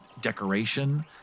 decoration